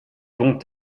bons